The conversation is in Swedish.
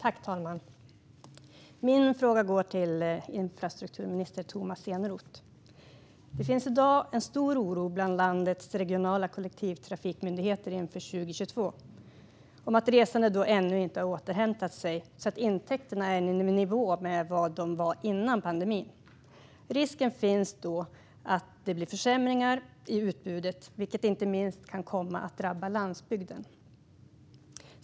Fru talman! Min fråga går till infrastrukturminister Tomas Eneroth. Det finns i dag en stor oro bland landets regionala kollektivtrafikmyndigheter inför 2022 för att resandet ännu inte ska ha återhämtat sig så att intäkterna blir i nivå med vad de var före pandemin. Risken finns att det blir försämringar i utbudet, vilket inte minst kan komma att drabba landsbygden.